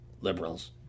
Liberals